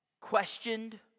questioned